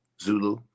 zulu